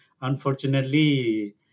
unfortunately